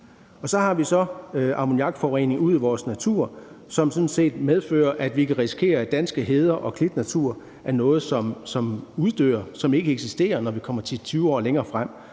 Så har vi ammoniakforurening ude i vores natur, som sådan set medfører, at vi kan risikere, at danske heder og klitnatur er noget, som uddør, og noget, som ikke eksisterer, når vi kommer 10-20 år længere frem.